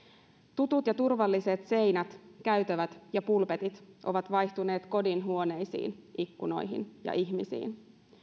tutut ja turvalliset seinät käytävät ja pulpetit ovat vaihtuneet kodin huoneisiin ikkunoihin ja ihmisiin